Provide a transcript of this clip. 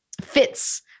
fits